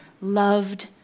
loved